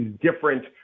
different